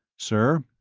sir,